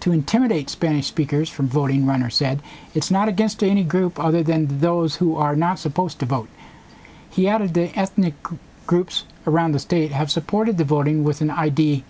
to intimidate spanish speakers from voting runner said it's not against any group other than those who are not supposed to vote he added the ethnic groups around the state have supported the voting with an i